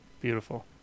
Beautiful